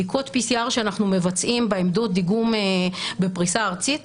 בדיקות PCR שאנחנו מבצעים בעמדות דיגום בפריסה ארצית,